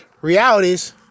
realities